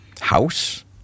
house